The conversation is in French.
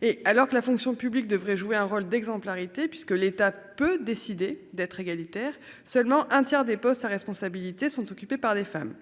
et alors que la fonction publique devrait jouer un rôle d'exemplarité, puisque l'État peut décider d'être égalitaire, seulement un tiers des postes à responsabilité sont occupés par des femmes.